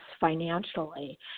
financially